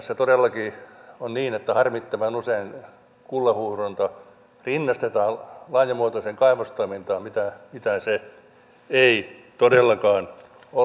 tässä todellakin on niin että harmittavan usein kullanhuuhdonta rinnastetaan laajamuotoiseen kaivostoimintaan mitä se ei todellakaan ole